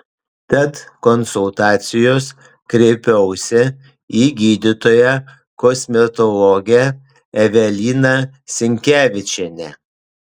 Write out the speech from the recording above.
tad konsultacijos kreipiausi į gydytoją kosmetologę eveliną sinkevičienę